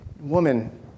woman